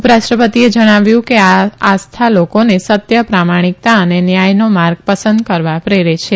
ઉપરાષ્ટ્રપતિએ જણાવ્યું કે આ આસ્થા લોકોને સત્ય પ્રામાણીકતા અને ન્યાયનો માર્ગ પસંદ કરવા પ્રેરે છે